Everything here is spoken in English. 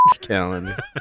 calendar